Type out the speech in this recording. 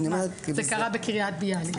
זה קרה בקריית ביאליק,